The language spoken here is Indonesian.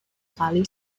kali